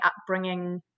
upbringing